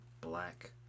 Black